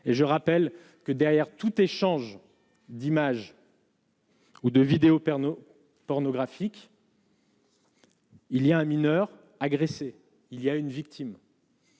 et je rappelle que derrière tout échange d'images. Ou de vidéos Pernod pornographiques. Il y a un mineur agressé, il y a une victime.